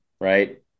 Right